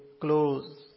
close